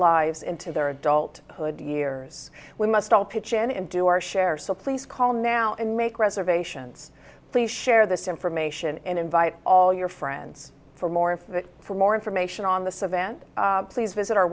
lives into their adult hood years we must all pitch in and do our share so please call now and make reservations please share this information and invite all your friends for more for more information on the savannah please visit our